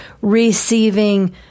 receiving